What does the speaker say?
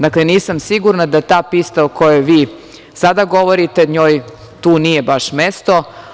Dakle, nisam sigurna da toj pista o kojoj vi sada govorite, da njoj tu nije baš mesto.